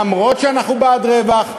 אף שאנחנו בעד רווח,